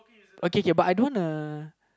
okay okay but I don't wanna